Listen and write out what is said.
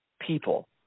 people